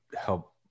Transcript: help